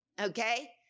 Okay